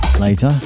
later